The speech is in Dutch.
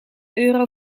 euro